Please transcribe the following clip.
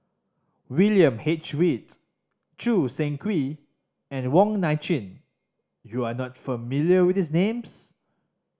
William H Read Choo Seng Quee and Wong Nai Chin you are not familiar with these names